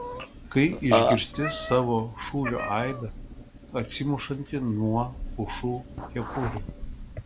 kai išgirsti savo šūvio aidą atsimušantį nuo pušų kepurių